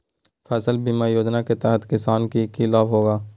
फसल बीमा योजना के तहत किसान के की लाभ होगा?